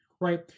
right